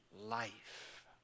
life